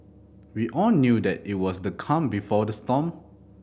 we all knew that it was the calm before the storm